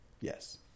Yes